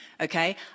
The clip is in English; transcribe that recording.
okay